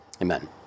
Amen